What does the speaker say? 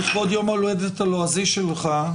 לכבוד יום ההולדת הלועזי שלך,